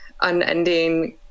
Unending